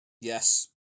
Yes